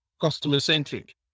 customer-centric